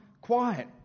quiet